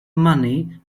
money